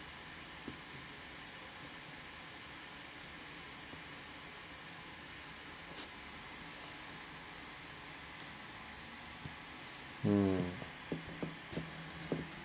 um